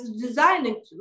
designing